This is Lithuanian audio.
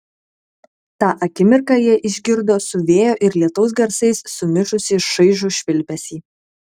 tą akimirką jie išgirdo su vėjo ir lietaus garsais sumišusį šaižų švilpesį